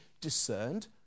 discerned